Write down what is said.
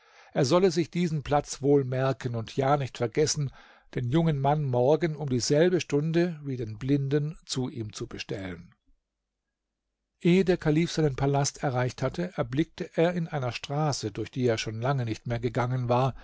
er solle sich diesen platz wohl merken und ja nicht vergessen den jungen mann morgen um dieselbe stunde wie den blinden zu ihm zu bestellen ehe der kalif seinen palast erreicht hatte erblickte er in einer straße durch die er schon lange nicht mehr gegangen war